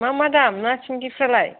मा मा दाम ना सिंगिफ्रालाय